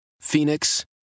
Phoenix